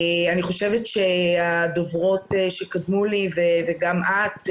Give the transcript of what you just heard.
אני חושבת שהדוברות שקדמו לי ו גם את,